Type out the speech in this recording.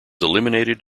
eliminated